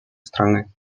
страны